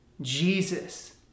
Jesus